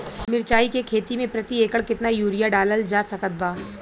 मिरचाई के खेती मे प्रति एकड़ केतना यूरिया डालल जा सकत बा?